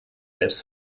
selbst